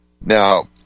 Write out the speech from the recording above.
Now